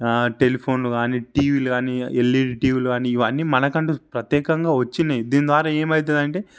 టెలిఫోన్లు గానీ టీవీలు గానీ ఎల్ఇడి టీవీలు గానీ ఇవన్నీ మనకంటూ ప్రత్యేకంగా వచ్చినియి దీనిద్వారా ఏమవుతుంది అంటే